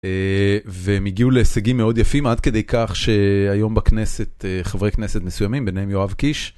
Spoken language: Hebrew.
והם הגיעו להישגים מאוד יפים עד כדי כך שהיום בכנסת, חברי כנסת מסוימים, ביניהם יואב קיש.